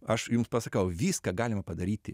aš jums pasakau viską galima padaryti